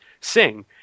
sing